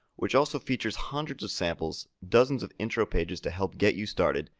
which also features hundreds of samples, dozens of intro pages to help get you started,